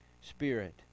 spirit